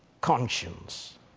conscience